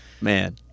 man